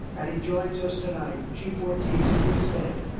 and he joins us tonight. chief ortiz, please stand.